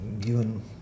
given